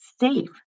safe